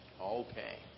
okay